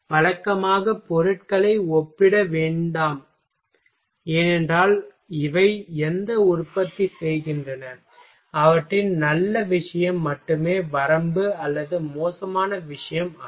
வழக்கமாக பொருட்களை ஒப்பிட வேண்டாம் ஏனென்றால் இவை எதை உற்பத்தி செய்கின்றன அவற்றின் நல்ல விஷயம் மட்டுமே வரம்பு அல்லது மோசமான விஷயம் அல்ல